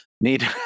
need